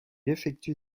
effectue